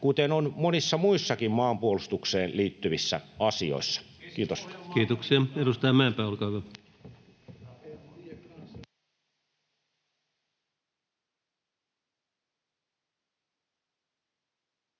kuten on monissa muissakin maanpuolustukseen liittyvissä asioissa. — Kiitos. [Mauri Peltokangas: